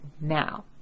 now